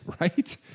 right